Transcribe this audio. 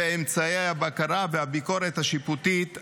ואמצעי הבקרה והביקורת השיפוטית עליהם.